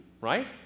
right